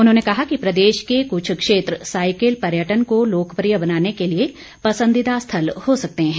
उन्होंने कहा कि प्रदेश के कुछ क्षेत्र साईकिल पर्यटन को लोकप्रिय बनाने के लिए पसंदीदा स्थल हो सकते हैं